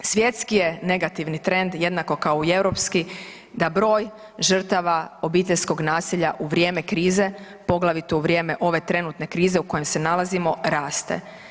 Svjetski je negativni trend, jednako kao i europski da broj žrtava obiteljskog nasilja u vrijeme krize, poglavito u vrijeme ove trenutne krize u kojoj se nalazimo, raste.